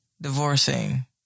divorcing